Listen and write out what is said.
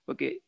Okay